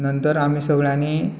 नंतर आमी सगळ्यांनी